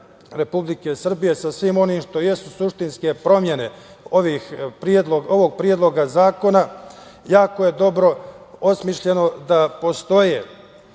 Republike Srbije sa svim onim što jesu suštinske promene ovog Predloga zakona jako je dobro osmišljeno da postoje